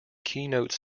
keynote